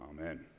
Amen